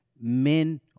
men